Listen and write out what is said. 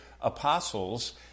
apostles